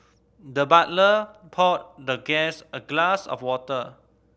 the butler poured the guest a glass of water